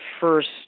first